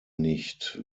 nicht